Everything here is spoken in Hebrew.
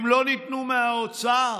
הם לא ניתנו מהאוצר,